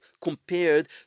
compared